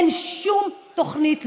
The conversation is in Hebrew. אין שום תוכנית,